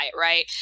right